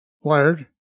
wired